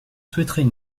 souhaiterais